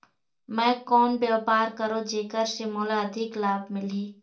मैं कौन व्यापार करो जेकर से मोला अधिक लाभ मिलही?